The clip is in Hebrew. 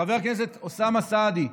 חבר הכנסת אוסאמה סעדי,